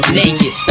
naked